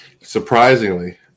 Surprisingly